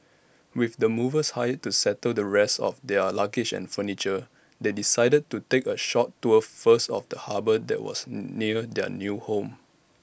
with the movers hired to settle the rest of their luggage and furniture they decided to take A short tour first of the harbour that was near their new home